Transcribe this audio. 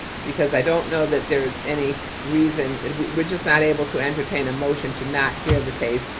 because i don't know that there's any reason, we're just not able to entertain a motion to not hear the case.